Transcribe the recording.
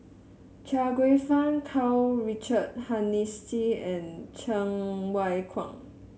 Chia Kwek Fah Karl Richard Hanitsch and Cheng Wai Keung